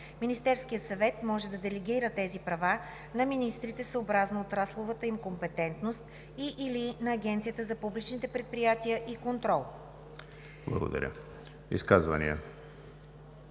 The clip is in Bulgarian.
Министерският съвет може да делегира тези права на министрите съобразно отрасловата им компетентност и/или на Агенцията за публичните предприятия и контрол.“ ПРЕДСЕДАТЕЛ